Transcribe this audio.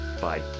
Bye